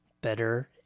Better